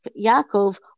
Yaakov